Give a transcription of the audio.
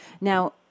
Now